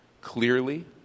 clearly